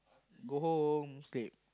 go home sleep